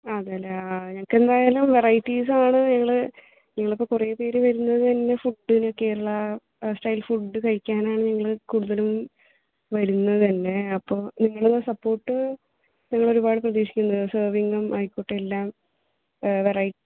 അതെ അല്ലേ ആ ഞങ്ങൾക്ക് എന്തായാലും വെറൈറ്റീസ് ആണ് ഞങ്ങൾ ഞങ്ങൾ ഇപ്പോൾ കുറേ പേർ വരുന്നത് തന്നെ ഫുഡിന് കേരള സ്റ്റൈൽ ഫുഡ് കഴിക്കാനാണ് ഞങ്ങൾ കൂടുതലും വരുന്നത് തന്നെ അപ്പോൾ നിങ്ങളുടെ സപ്പോർട്ട് ഞങ്ങളൊരുപാട് പ്രതീക്ഷിക്കുന്നു സെർവിങ്ങും ആയിക്കോട്ടെ എല്ലാം വെറൈറ്റി